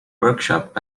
workshop